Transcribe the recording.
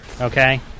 Okay